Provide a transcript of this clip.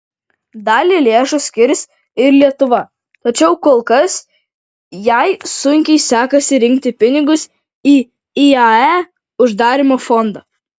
dalį lėšų skirs ir lietuva tačiau kol kas jai sunkiai sekasi rinkti pinigus į iae uždarymo fondą